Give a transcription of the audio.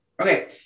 Okay